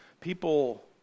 people